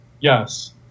Yes